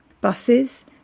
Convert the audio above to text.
buses